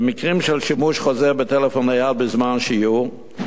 במקרים של שימוש חוזר בטלפון נייד בזמן שיעור,